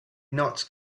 not